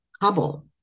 Hubble